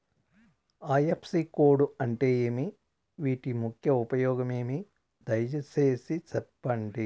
IFSC code అంటే ఏమి? వీటి ముఖ్య ఉపయోగం ఏమి? దయసేసి సెప్పండి?